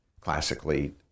classically